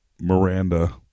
Miranda